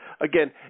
Again